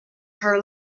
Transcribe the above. her